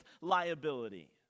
liability